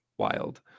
wild